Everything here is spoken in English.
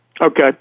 Okay